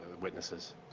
witnesses